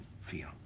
feel